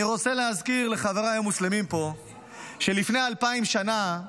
אני רוצה להזכיר לחבריי המוסלמים פה שלפני אלפיים שנה,